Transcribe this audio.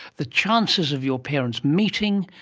the chances of your parents meeting,